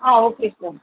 ah okay sir